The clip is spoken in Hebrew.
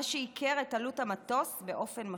מה שייקר את עלות המטוס באופן משמעותי.